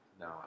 No